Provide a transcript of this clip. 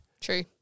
True